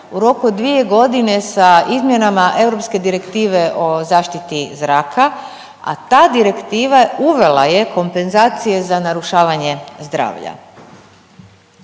u roku od 2 godine sa izmjenama europske direktive o zaštiti zraka, a ta direktiva uvela je kompenzacije za narušavanje zdravlja.